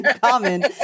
common